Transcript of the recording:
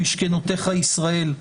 משכנותיך ישראל.